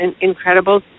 incredible